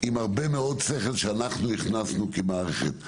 עם הרבה מאוד שכל שאנחנו הכנסנו כמערכת.